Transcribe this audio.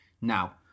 now